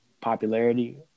popularity